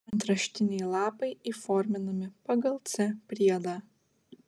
antraštiniai lapai įforminami pagal c priedą